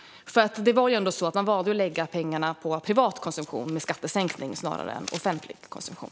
Man valde ju ändå att lägga pengarna på privat konsumtion - med skattesänkning - snarare än på offentlig konsumtion.